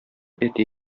әти